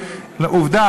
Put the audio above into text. עובדה,